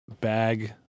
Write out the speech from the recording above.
Bag